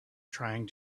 trying